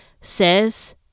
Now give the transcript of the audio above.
says